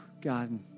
God